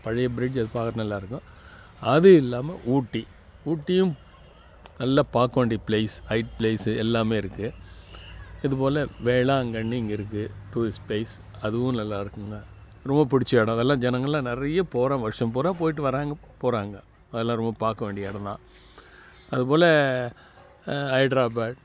பழைய ப்ரிட்ஜி அது பார்க்குறதுக்கு நல்லா இருக்கும் அது இல்லாமல் ஊட்டி ஊட்டியும் நல்லா பார்க்க வேண்டிய ப்ளேஸ் ஹைட் ப்ளேஸு எல்லாமே இருக்குது இது போல் வேளாங்கண்ணி இங்கே இருக்குது டூரிஸ்ட் ப்ளேஸ் அதுவும் நல்லா இருக்குங்க ரொம்ப பிடிச்ச இடம் இதெல்லாம் ஜனங்கள்லாம் நிறைய போகிற வருஷம் பூராக போய்ட்டு வராங்க போகிறாங்க அதலாம் ரொம்ப பார்க்க வேண்டிய இடம் தான் அது போல் ஹைட்ராபாட்